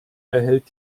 erhält